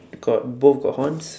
got both got horns